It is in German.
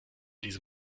diese